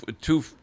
two